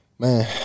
Man